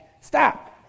Stop